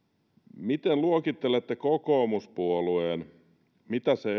miten luokittelette kokoomuspuolueen mitä se